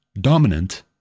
dominant